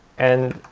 and